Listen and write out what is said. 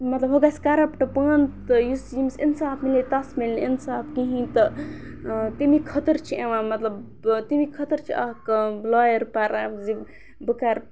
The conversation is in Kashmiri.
مطلب وَ گژھِ کَرَپٹہٕ پانہٕ تہٕ یُس یٔمِس اِنصاف مِلہے تَس میلہِ نہٕ اِنصاف کِہیٖنۍ تہٕ تمی خٲطٕر چھِ یِوان مطلب تمی خٲطرٕ چھِ اَکھ لایَر پَر اَپزِ بہٕ کَرٕ